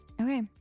Okay